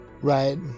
Right